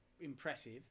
impressive